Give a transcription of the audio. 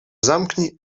zamknij